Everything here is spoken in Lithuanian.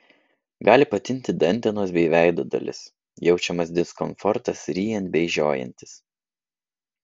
gali patinti dantenos bei veido dalis jaučiamas diskomfortas ryjant bei žiojantis